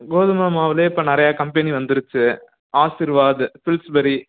கோதுமை மாவுல இப்போ நிறையா கம்பெனி வந்துருச்சு ஆசிர்வாது பில்ஸ்பெரி